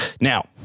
Now